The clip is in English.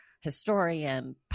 historian